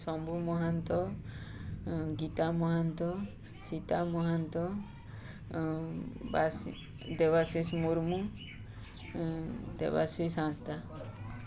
Shambhu Mahanta Gita Mahanta Sita Mahanta Debashish Murmu Debashish Hasda